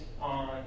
on